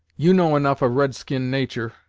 you know enough of red-skin natur',